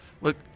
Look